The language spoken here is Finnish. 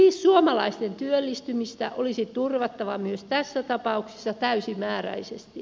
siis suomalaisten työllistymistä olisi turvattava myös tässä tapauksessa täysimääräisesti